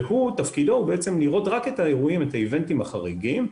ותפקידו לראות רק את האירועים החריגים.